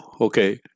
okay